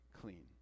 clean